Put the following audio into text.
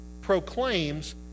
proclaims